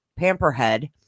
Pamperhead